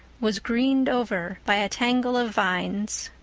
was greened over by a tangle of vines.